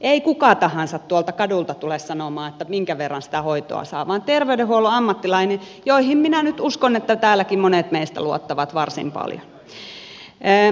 ei kuka tahansa tuolta kadulta tule sanomaan että minkä verran sitä hoitoa saa vaan terveydenhuollon ammattilaiset joihin minä nyt uskon täälläkin monet meistä luottavat varsin paljon